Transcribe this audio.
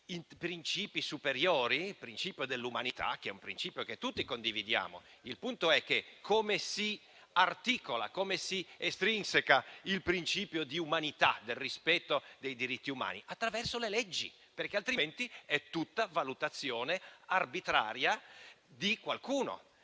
principi superiori. Il principio dell'umanità è un principio che tutti condividiamo. Il punto è come si articola e come si estrinseca il principio di umanità e del rispetto dei diritti umani: attraverso le leggi, perché altrimenti è tutta valutazione arbitraria di qualcuno.